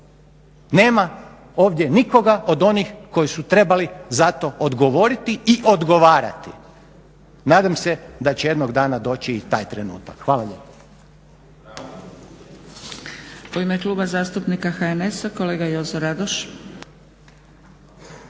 Nema ovdje nikoga od onih koji su trebali za to odgovoriti i odgovarati. Nadam se da će jednog dana doći i taj trenutak. Hvala lijepo.